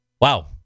Wow